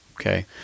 okay